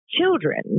children